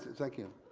thank you.